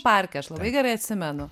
parke aš labai gerai atsimenu